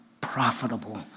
profitable